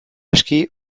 aski